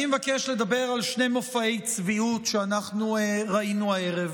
אני מבקש לדבר על שני מופעי צביעות שראינו הערב.